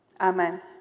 Amen